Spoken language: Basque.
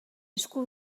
esku